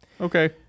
Okay